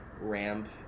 ramp